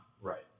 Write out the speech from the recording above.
Right